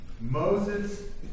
Moses